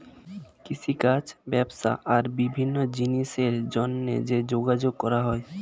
কৃষিকাজ, ব্যবসা আর বিভিন্ন জিনিসের জন্যে যে যোগাযোগ করা হয়